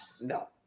No